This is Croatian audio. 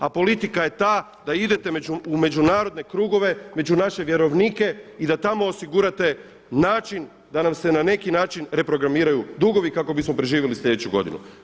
A politika je ta da idete u međunarodne krugove, među naše vjerovnike i da tamo osigurate način da nam se na neki način reprogramiraju dugovi kako bismo preživjeli sljedeću godinu.